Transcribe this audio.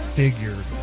figure